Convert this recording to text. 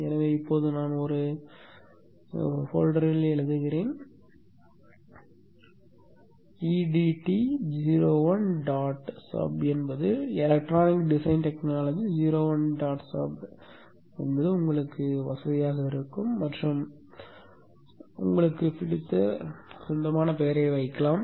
எனவே இப்போது நான் ஒரு கோப்பில் எழுதுகிறேன் e d t 01 dot sub என்பது electronic design technology 01 dot sub என்பது உங்களுக்கு வசதியானது மற்றும் உங்கள் சொந்தமான பெயரை வைக்கலாம்